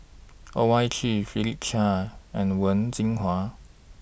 Owyang Chi Philip Chia and Wen Jinhua